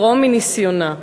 לתרום מניסיונה.